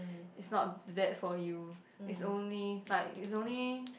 is not bad for you is only like is only